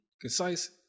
concise